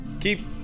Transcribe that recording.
Keep